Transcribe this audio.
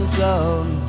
zone